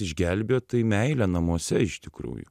išgelbėjo tai meilė namuose iš tikrųjų